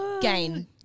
gain